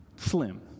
Slim